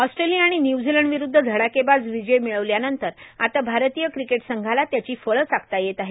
Australia आणि New Zealand विरूद्ध धडाकेबाज विजय मिळवल्यानंतर आता भारतीय क्रिकेट संघाला त्याची फळं चाखता येत आहेत